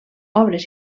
obres